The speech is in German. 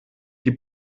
die